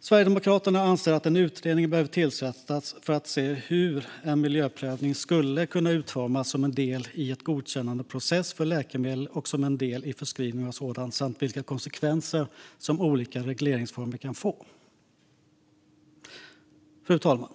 Sverigedemokraterna anser att en utredning behöver tillsättas för att se över hur en miljöprövning skulle kunna utformas som en del i godkännandeprocessen för läkemedel och som en del i förskrivningen av sådana samt vilka konsekvenser olika regleringsformer kan få. Fru talman!